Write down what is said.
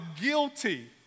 guilty